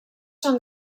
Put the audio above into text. són